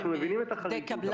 אנחנו מבינים את החריגות,